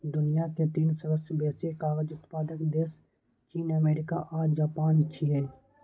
दुनिया के तीन सबसं बेसी कागज उत्पादक देश चीन, अमेरिका आ जापान छियै